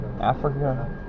Africa